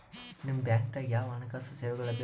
ನಿಮ ಬ್ಯಾಂಕ ದಾಗ ಯಾವ ಹಣಕಾಸು ಸೇವೆಗಳು ಲಭ್ಯವಿದೆ?